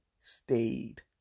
stayed